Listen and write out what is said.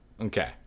Okay